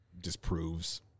disproves